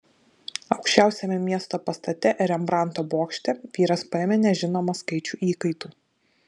aukščiausiame miesto pastate rembrandto bokšte vyras paėmė nežinomą skaičių įkaitų